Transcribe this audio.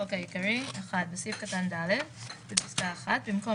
חבר הכנסת גינזבורג, אז יש לך שני מסמכים